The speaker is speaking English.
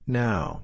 now